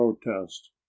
protest